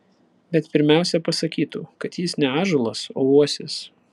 bet pirmiausia pasakytų kad jis ne ąžuolas o uosis